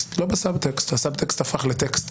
בסאב-טקסט לא בסאב-טקסט הסאב-טקסט הפך לטקסט,